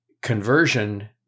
conversion